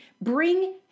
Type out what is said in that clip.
bring